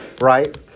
Right